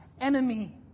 enemy